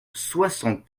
soixante